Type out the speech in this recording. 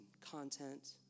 content